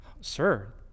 Sir